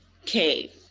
Okay